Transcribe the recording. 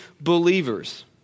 believers